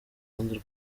rundi